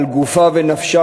על גופה ונפשה,